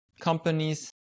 companies